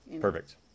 Perfect